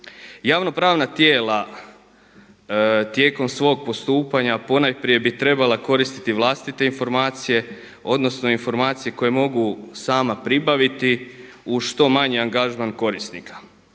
Javno pravna tijela tijekom svog postupanja ponajprije bi trebala koristiti vlastite informacije odnosno informacije koje mogu sama pribaviti uz što manji angažman korisnika.